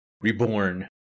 reborn